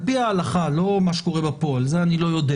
על פי ההלכה, לא מה שקורה בפועל, זה אני לא יודע